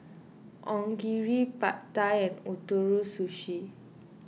Onigiri Pad Thai and Ootoro Sushi